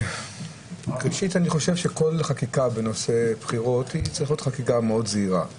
ראשית כל חקיקה בנושא בחירות צריכה להיות זהירה מאוד.